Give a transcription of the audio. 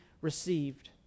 received